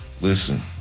listen